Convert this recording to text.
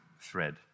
thread